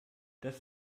das